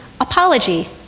apology